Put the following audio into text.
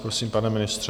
Prosím, pane ministře.